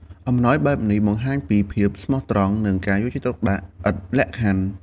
អំណោយបែបនេះបង្ហាញពីភាពស្មោះត្រង់ និងការយកចិត្តទុកដាក់ឥតលក្ខខណ្ឌ។